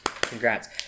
Congrats